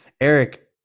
Eric